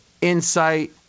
insight